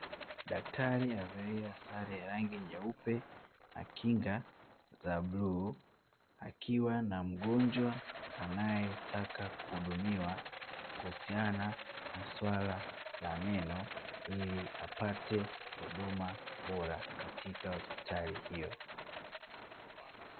Daktari amevalia sare ya rangi nyeupe na kinga za bluu akiwa na mgonjwa anaetaka kuhudumiwa kuhusiana na swala la meno ili apate huduma bora katika hospitali hiyo.